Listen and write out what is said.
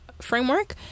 framework